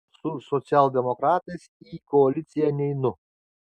su socialdemokratais į koaliciją neinu